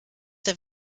der